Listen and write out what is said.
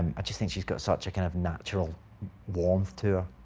i just think she's got such a kind of natural warmth to her,